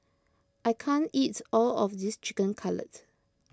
I can't eats all of this Chicken Cutlet